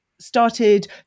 started